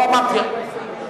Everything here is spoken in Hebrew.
לא, לא, אני מוחה.